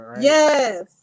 Yes